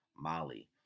Mali